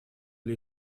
или